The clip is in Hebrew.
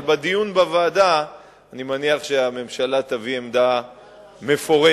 אבל בדיון בוועדה אני מניח שהממשלה תביא עמדה מפורטת.